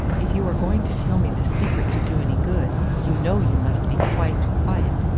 if you are going to tell me this secret to do any good, you know you must be quite quiet,